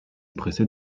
pressée